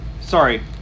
Sorry